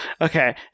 Okay